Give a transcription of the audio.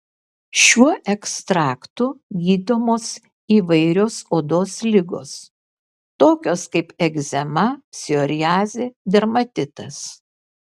šiuo ekstraktu gydomos įvairios odos ligos tokios kaip egzema psoriazė dermatitas